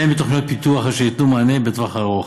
והן בתוכניות פיתוח אשר ייתנו מענה בטווח הארוך.